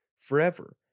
forever